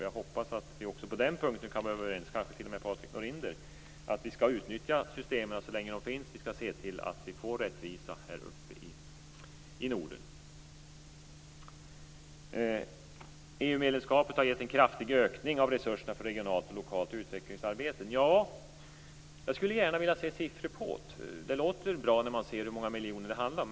Jag hoppas att vi - kanske t.o.m. Patrik Norinder - också på den punkten kan vara överens om att vi skall utnyttja systemen så länge de finns, och se till att vi får rättvisa här uppe i Norden. EU-medlemskapet har gett en kraftig ökning av resurserna för regionalt och lokalt utvecklingsarbete, säger man. Jag skulle gärna vilja se siffror på det. Det låter bra när man hör hur många miljoner det handlar om.